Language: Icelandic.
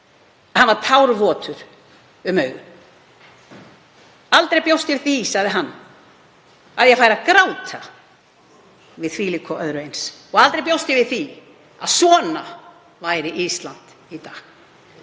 hann var tárvotur. Aldrei bjóst ég við því, sagði hann, að ég færi að gráta yfir þvílíku og öðru eins og aldrei bjóst ég við því að svona væri Ísland í dag,